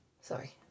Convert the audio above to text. Sorry